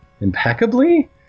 impeccably